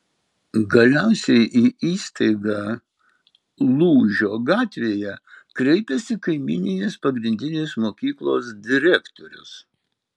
galiausiai į įstaigą lūžio gatvėje kreipiasi kaimyninės pagrindinės mokyklos direktorius